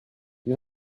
you